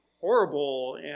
horrible